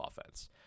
offense